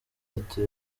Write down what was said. ati